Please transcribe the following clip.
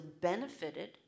benefited